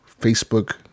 Facebook